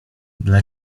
dla